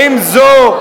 מה אתה מסתכל עלינו?